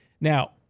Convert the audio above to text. Now